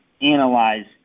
analyze